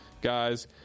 Guys